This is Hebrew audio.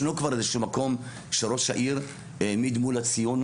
ישנו כבר איזשהו מקום שראש העיר העמיד מול הציון,